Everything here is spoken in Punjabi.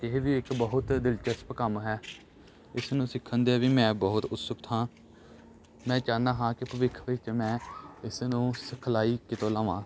ਇਹ ਵੀ ਇੱਕ ਬਹੁਤ ਦਿਲਚਸਪ ਕੰਮ ਹੈ ਉਸਨੂੰ ਸਿੱਖਣ ਦੇ ਵੀ ਮੈਂ ਬਹੁਤ ਉਤਸੁਕ ਹਾਂ ਮੈਂ ਚਾਹੁੰਦਾ ਹਾਂ ਕਿ ਭਵਿੱਖ ਵਿੱਚ ਮੈਂ ਇਸ ਨੂੰ ਸਿਖਲਾਈ ਕਿਤੋਂ ਲਵਾਂ